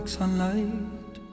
sunlight